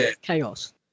chaos